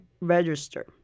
register